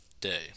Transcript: day